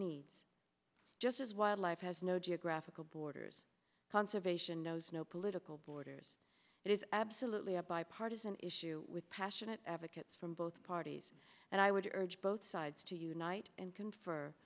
needs just as wildlife has no geographical borders conservation knows no political borders it is absolutely a bipartisan issue with passionate advocates from both parties and i would urge both sides to unite and can for